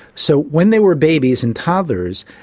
so when they were babies and toddlers,